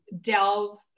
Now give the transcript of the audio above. delve